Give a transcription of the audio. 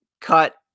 cut